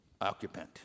occupant